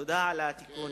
תודה על התיקון,